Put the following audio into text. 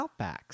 Outbacks